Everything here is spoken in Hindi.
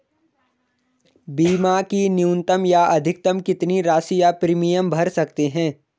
बीमा की न्यूनतम या अधिकतम कितनी राशि या प्रीमियम भर सकते हैं?